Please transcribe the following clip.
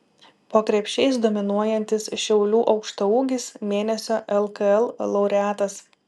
po krepšiais dominuojantis šiaulių aukštaūgis mėnesio lkl laureatas